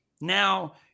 now